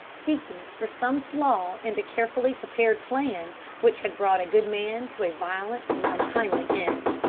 seeking for some flaw in the carefully prepared plan which had brought a good man to a violent and untimely end.